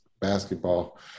basketball